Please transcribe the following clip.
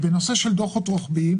לגבי הנושא של דוחות רוחביים,